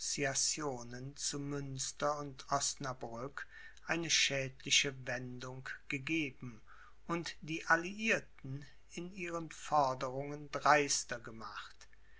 zu münster und osnabrück eine schädliche wendung gegeben und die alliierten in ihren forderungen dreister gemacht